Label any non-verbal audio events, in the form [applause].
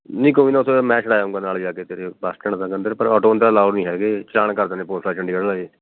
ਨਹੀਂ ਕੋਈ ਨਾ ਉਹ ਤਾਂ ਮੈਂ ਛੁਡਾ ਆਉਂਗਾ ਨਾਲ ਜਾ ਕੇ ਤੇਰੇ ਬੱਸ ਸਟੈਂਡ ਦੇ ਅੰਦਰ ਪਰ ਆਟੋ ਅੰਦਰ ਅਲਾਊਡ ਨਹੀਂ ਹੈਗੇ ਚਲਾਨ ਕਰ ਦਿੰਦੇ ਪੁਲਿਸ [unintelligible] ਚੰਡੀਗੜ੍ਹ ਵਾਲੇ